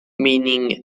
meaning